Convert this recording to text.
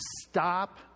stop